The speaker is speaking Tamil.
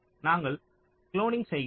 நாங்கள் குளோனிங் செய்கிறோம்